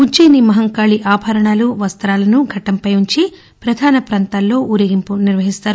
ఉజ్వయిని మహంకాళి ఆభరాణాలు వస్తాలను ఘటంపై ఉంచి ప్రధాన ప్రాంతాల్లో ఓరేగింఫు నిర్వహిస్తారు